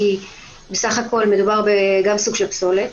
כי מדובר בסך הכול גם בסוג של פסולת.